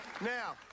Now